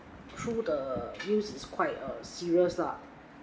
through the news is quite serious lah